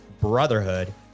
brotherhood